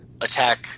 attack